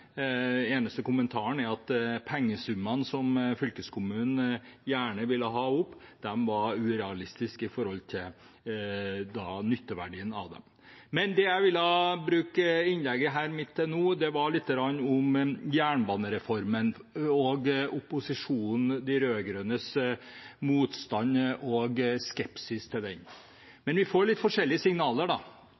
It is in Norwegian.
eneste kommentaren er at pengesummene som fylkeskommunen gjerne ville ha opp, var urealistiske i forhold til nytteverdien av dem. Men det jeg vil bruke innlegget mitt her til nå, er litt om jernbanereformen og opposisjonens, de rød-grønnes, motstand mot og skepsis til den. Vi får litt forskjellige signaler.